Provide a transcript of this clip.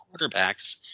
quarterbacks